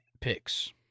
picks